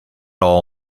all